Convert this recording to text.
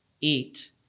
eat